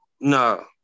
No